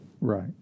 Right